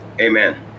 amen